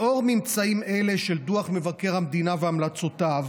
לאור ממצאים אלה של דוח מבקר המדינה והמלצותיו